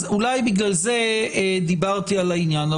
אולי בגלל זה דיברתי על העניין,